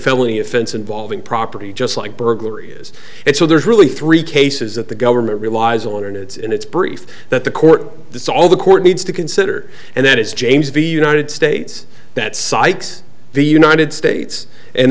felony offense involving property just like burglary is and so there's really three cases that the government relies on and it's in its brief that the court this all the court needs to consider and that is james v united states that sikes the united states and